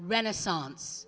renaissance